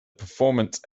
performance